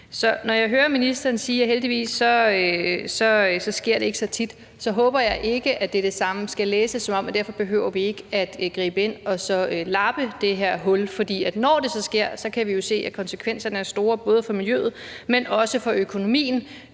når jeg hører ministeren sige, at det heldigvis ikke sker så tit, håber jeg ikke, at det er det samme og skal læses, som om vi derfor ikke behøver at gribe ind og lappe det her hul. For når det så sker, kan vi jo se, at konsekvenserne er store både for miljøet, men også for økonomien,